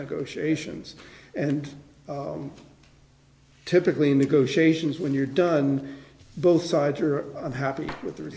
negotiations and typically negotiations when you're done both sides are unhappy with their